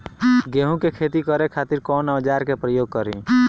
गेहूं के खेती करे खातिर कवन औजार के प्रयोग करी?